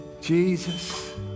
Jesus